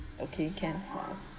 okay can